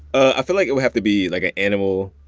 i feel like it would have to be, like, an animal,